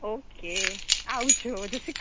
okay આવજો જે C